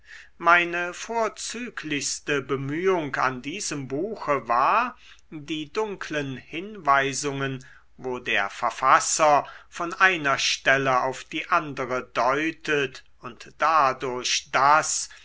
meine vorzüglichste bemühung an diesem buche war die dunklen hinweisungen wo der verfasser von einer stelle auf die andere deutet und dadurch das